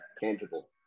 tangible